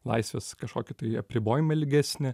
laisvės kažkokį tai apribojimą ilgesnį